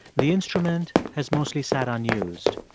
the instrument has mostly sat unused.